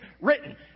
written